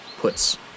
puts